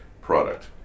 product